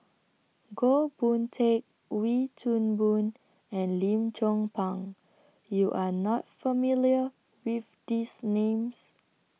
Goh Boon Teck Wee Toon Boon and Lim Chong Pang YOU Are not familiar with These Names